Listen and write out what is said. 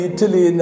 Italy